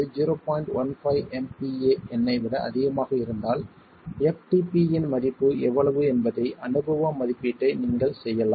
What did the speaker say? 15 MPa எண்ணை விட அதிகமாக இருந்தால் ftp இன் மதிப்பு எவ்வளவு என்பதை அனுபவ மதிப்பீட்டை நீங்கள் செய்யலாம்